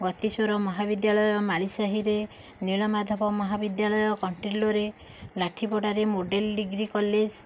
ଗତିସ୍ଵର ମହାବିଦ୍ୟାଳୟ ମାଳିସାହିରେ ନୀଳମାଧଵ ମହାବିଦ୍ୟାଳୟ କଣ୍ଟିଲୋରେ ଲାଠିପଡ଼ାରେ ମଡ଼େଲ ଡିଗ୍ରୀ କଲେଜ